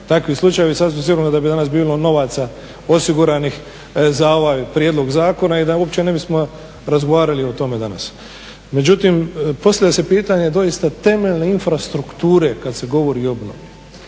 takvi slučajevi. Sasvim sigurno da bi danas bilo novaca osiguranih za ovaj prijedlog zakona i da uopće ne bismo razgovarali o tome danas. Međutim, postavlja se pitanje doista temeljne infrastrukture kad se govori o obnovi.